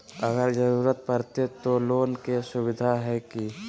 अगर जरूरत परते तो लोन के सुविधा है की?